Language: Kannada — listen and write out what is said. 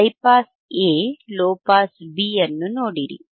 high pass A low pass ಬಿಅನ್ನು ನೋಡಿರಿ